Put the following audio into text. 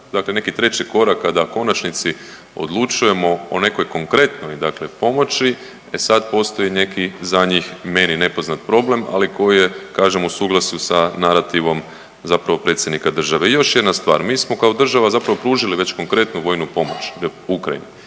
dakle neki treći korak kada u konačnici odlučujemo o nekoj konkretnoj dakle pomoći, e sad postoji neki za njih meni nepoznat problem, ali koji je kažem u suglasju sa narativom zapravo predsjednika države. I još jedna stvar, mi smo kao država zapravo pružili već konkretnu vojnu pomoć Ukrajini